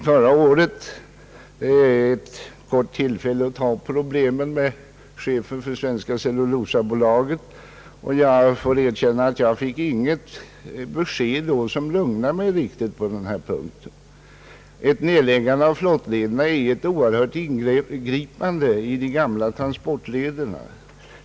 Förra året hade jag tillfälle att ta upp dessa problem med industrichefer och skogsmän i berörda län, men jag fick inte några klarläggande, entydiga besked. Ett nedläggande av flottlederna innebär ett omvälvande ingripande i de gamla transportförhållandena för sko gens produkter.